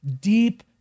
Deep